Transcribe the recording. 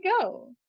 go